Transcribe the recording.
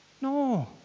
No